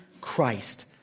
Christ